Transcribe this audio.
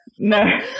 No